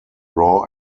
raw